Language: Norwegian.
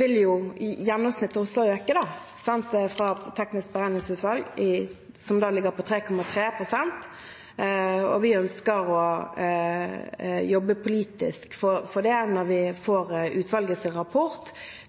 vil jo gjennomsnittet også øke fra teknisk beregningsutvalg, som ligger på 3,3 pst. Vi ønsker å jobbe politisk for det når vi får utvalgets rapport.